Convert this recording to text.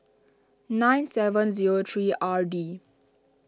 nine seven zero three R D